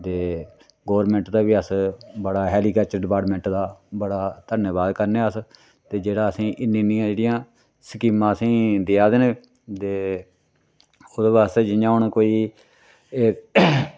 ते गोरमैंट दा बी अस बड़ा ऐग्रीकल्चर डिपार्टमेंट दा बड़ा धन्नवाद करने आं अस ते जेह्ड़ा असेंगी इन्नी इन्नी जेह्ड़ियां स्कीमां असेंगी देआ दे न ते ओह्दे वास्तै जियां हून कोई एह्